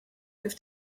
kif